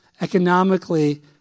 economically